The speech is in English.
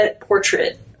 portrait